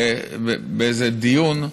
באיזה דיון,